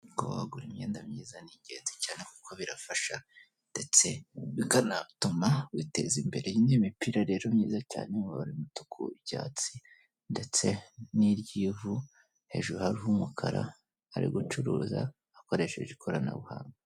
Kuba wagura imyenda myiza ni ingenzi cyane kuko birafasha ndetse bikanatuma witeza imbere, iyi ni imipira rero myiza cyane amabara y'umutuku, icyatsi ndetse n'iry'ivu, hejuru hari umukara, ari gucuruza akoresheje ikoranbuhanga.